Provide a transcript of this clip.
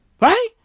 Right